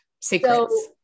secrets